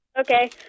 Okay